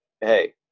hey